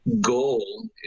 goal